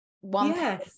one